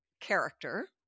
character